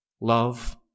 Love